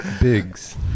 Biggs